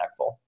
impactful